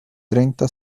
treinta